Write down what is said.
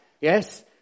Yes